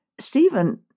Stephen